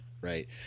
right